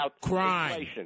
Crime